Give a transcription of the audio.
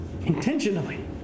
intentionally